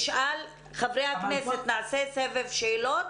חברי הכנסת, נעשה סבב שאלות